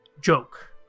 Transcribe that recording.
joke